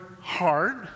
heart